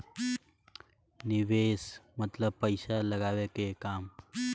निवेस मतलब पइसा लगावे के काम